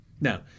Now